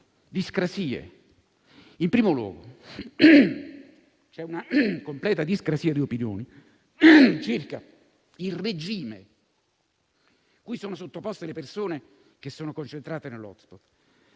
discrasie. In primo luogo, c'è una completa discrasia di opinione circa il regime cui sono sottoposte le persone che sono concentrate nell'*hotspot*.